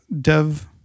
dev